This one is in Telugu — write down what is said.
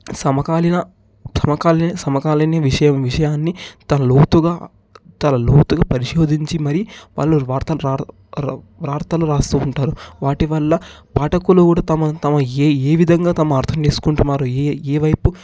సమకాలీన సమకాలీన సమకాలీన విష విషయాన్ని చాలా లోతుగా చాలా లోతుగా పరిశోధించి మరీ వాళ్ళు వార్తను వ్రాత వార్తలు వ్రాస్తూ ఉంటారు వాటి వల్ల పాఠకులు కూడ తమ తమ ఏ ఏ విధంగా తమ అర్దం చేసుకుంటున్నారు ఏ ఏ వైపు